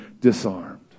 disarmed